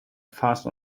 fast